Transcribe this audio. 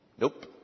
Nope